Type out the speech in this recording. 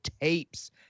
tapes